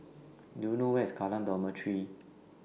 Do YOU know Where IS Kallang Dormitory